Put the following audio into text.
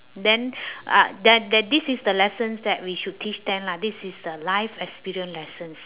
then uh then then this is the lessons that we should teach them lah this is the life experience lessons